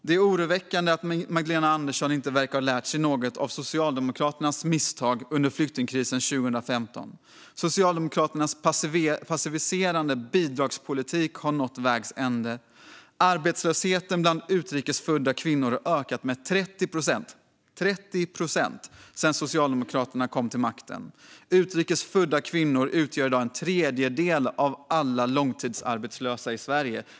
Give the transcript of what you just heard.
Det är oroväckande att Magdalena Andersson inte verkar ha lärt sig något av Socialdemokraternas misstag under flyktingkrisen 2015. Socialdemokraternas passiviserande bidragspolitik har nått vägs ände. Arbetslösheten bland utrikes födda kvinnor har ökat med 30 procent sedan Socialdemokraterna kom till makten. Utrikes födda kvinnor utgör i dag en tredjedel av alla långtidsarbetslösa i Sverige.